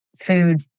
food